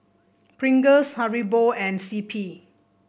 Pringles Haribo and C P